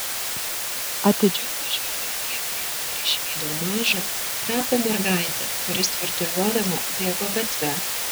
atidžiau pažvelgiau į ekraną ir išvydau mažą trapią mergaitę kuri svirduliuodama bėgo gatve